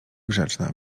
grzeczna